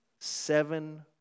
Seven